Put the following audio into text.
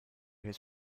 his